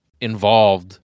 involved